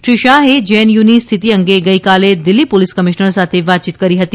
શ્રી શાહે જેએનયુની સ્થિતિ અંગે ગઈકાલે દિલ્ફી પોલીસ કમિશનર સાથે વાતચીત કરી હતી